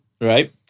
Right